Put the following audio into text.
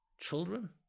children